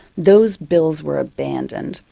those bills were abandoned.